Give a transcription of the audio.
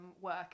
work